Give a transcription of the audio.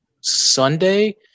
Sunday